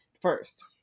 first